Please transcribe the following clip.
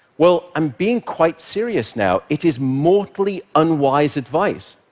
well, i'm being quite serious now it is mortally unwise advice.